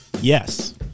yes